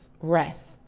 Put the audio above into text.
Rest